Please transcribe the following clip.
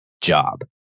job